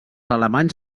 alemanys